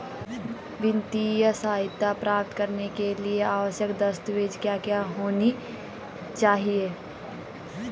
वित्तीय सहायता प्राप्त करने के लिए आवश्यक दस्तावेज क्या क्या होनी चाहिए?